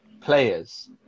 players